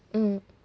mm